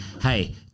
Hey